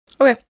Okay